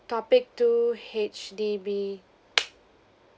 topic two H_D_B